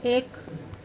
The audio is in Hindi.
एक